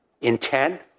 intent